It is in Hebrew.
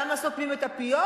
למה סותמים את הפיות,